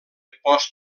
post